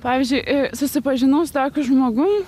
pavyzdžiui susipažinau su tokiu žmogum